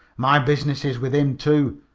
my business is with him, too,